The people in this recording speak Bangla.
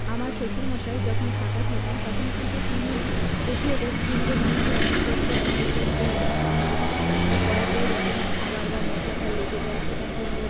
আমার শ্বশুরমশাই যখন ফাঁকা থাকেন তখন কিন্তু তিনিও দেখিয়ে দেন কিভাবে মাংস রান্না করতে হয় কিভাবে রান্না করা যায় কড়াতেই যাতে না খাবার বা মশলাটা লেগে যায় সেটা কিভাবে